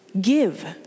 Give